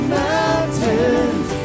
mountains